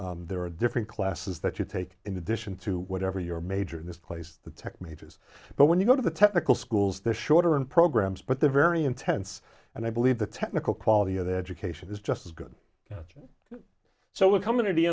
robust there are different classes that you take in addition to whatever your major in this place the tech majors but when you go to the technical schools they're shorter and programs but they're very intense and i believe the technical quality of education is just as good so we're coming to the